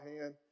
hand